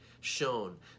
shown